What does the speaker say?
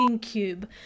cube